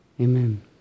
Amen